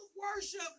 worship